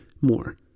more